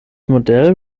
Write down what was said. modell